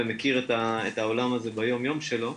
ומכיר את העולם הזה ביום יום שלו.